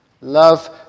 Love